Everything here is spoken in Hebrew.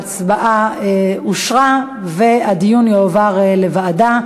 ההצעה אושרה, והדיון יועבר לוועדה.